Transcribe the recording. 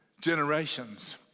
generations